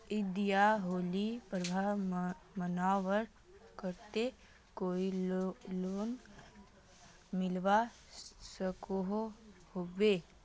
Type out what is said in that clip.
ईद या होली पर्व मनवार केते कोई लोन मिलवा सकोहो होबे?